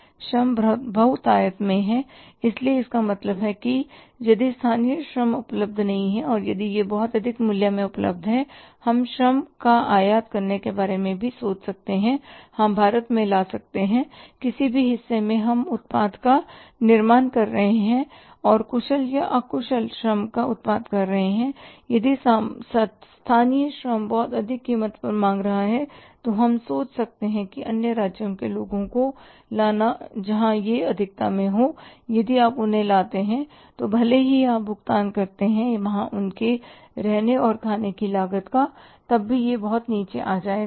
श्रम बहुतायत में है इसलिए इसका मतलब है कि यदि स्थानीय श्रम उपलब्ध नहीं है और यदि यह बहुत अधिक मूल्य में उपलब्ध है हम श्रम का आयात करने के बारे में भी सोच सकते हैं हम भारत में ला सकते हैं किसी भी हिस्से में हम उत्पाद का निर्माण कर रहे हैं और कुशल या अकुशल श्रम का उपयोग कर रहे है और यदि स्थानीय श्रम बहुत अधिक कीमत मांग रहा है तो हम सोच सकते हैं अन्य राज्यों के लोगों को लाना जहां यह अधिकता में है और यदि आप उन्हें लाते हैं भले ही आप भुगतान करते हैं वहां उनके रहने और खाने की लागत का तब भी यह बहुत नीचे आएगा